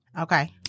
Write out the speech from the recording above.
Okay